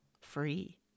free